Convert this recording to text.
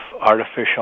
artificial